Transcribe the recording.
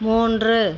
மூன்று